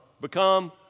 become